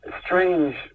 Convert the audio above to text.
strange